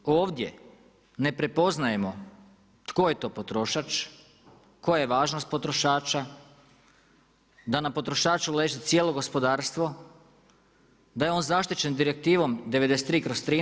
Na žalost, ovdje ne prepoznajemo tko je to potrošač, koja je važnost potrošača, da na potrošaču leži cijelo gospodarstvo, da je on zaštićen direktivom 93/